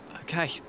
okay